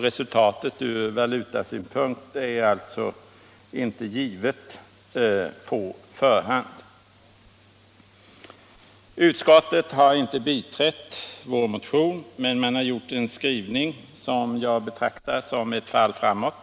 Resultatet från valutasynpunkt är alltså inte givet på förhand. Utskottet har inte biträtt vår motion men gjort en skrivning som jag betraktar som ett fall framåt.